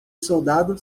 soldado